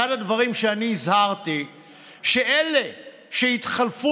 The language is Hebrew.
אחד הדברים שאני הזהרתי מפניו הוא שאלה שיתחלפו